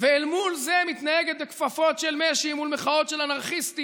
ואל מול זה מתנהגת בכפפות של משי מול מחאות של אנרכיסטים